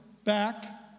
back